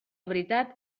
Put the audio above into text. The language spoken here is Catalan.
veritat